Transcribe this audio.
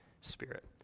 Spirit